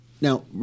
Now